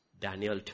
Daniel